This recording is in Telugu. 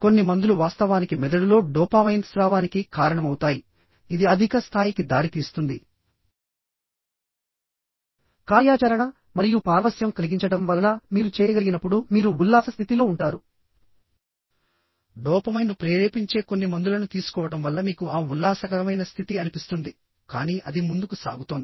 కొన్ని మందులు వాస్తవానికి మెదడులో డోపామైన్ స్రావానికి కారణమవుతాయి ఇది అధిక స్థాయికి దారితీస్తుంది కార్యాచరణ మరియు పారవశ్యం కలిగించడం వలన మీరు చేయగలిగినప్పుడు మీరు ఉల్లాస స్థితిలో ఉంటారు డోపమైన్ను ప్రేరేపించే కొన్ని మందులను తీసుకోవడం వల్ల మీకు ఆ ఉల్లాసకరమైన స్థితి అనిపిస్తుంది కానీ అది ముందుకు సాగుతోంది